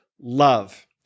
love